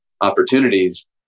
opportunities